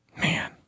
Man